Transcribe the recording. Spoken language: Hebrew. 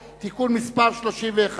הוראת שעה) (תיקון מס' 2),